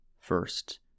First